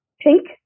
pink